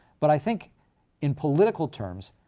but i think in political terms,